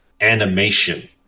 animation